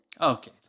Okay